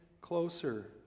closer